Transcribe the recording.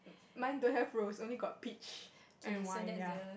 mine don't have rose only got peach and wine ya